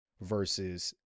versus